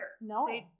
no